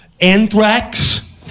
Anthrax